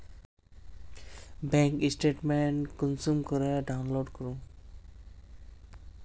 Bank statement कुंसम करे download करूम?